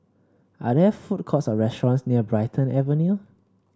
are there food courts or restaurants near Brighton Avenue